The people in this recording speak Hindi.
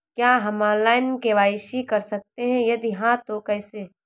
क्या हम ऑनलाइन के.वाई.सी कर सकते हैं यदि हाँ तो कैसे?